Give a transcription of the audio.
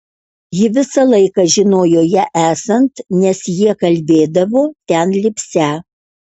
ji visą laiką žinojo ją esant nes jie kalbėdavo ten lipsią